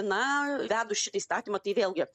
na įvedus šitą įstatymą tai vėlgi